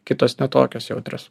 kitos ne tokios jautrios